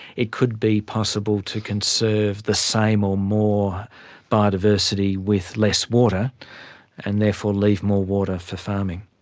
it could be possible to conserve the same or more biodiversity with less water and therefore leave more water for farming.